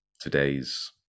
today's